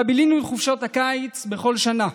שבה בילינו את חופשות הקיץ בכל שנה.